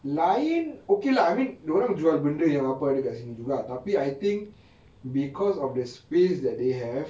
lain okay lah I mean dia orang jual benda yang ada dekat sini juga tapi I think because of the space that they have